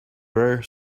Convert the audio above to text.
dryer